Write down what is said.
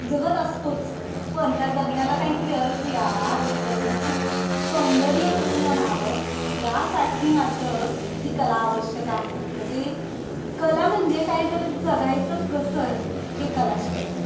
जगत असतोच पण त्या जगण्याला काहीतरी अर्थ यावा ते जगणं खूप सौंदर्यपूर्ण व्हावं यासाठी मात्र ही कला आवश्यक आहे म्हणजे कला म्हणजे काहीतरी जगायचं कसं हे कला शिकवते